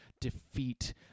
defeat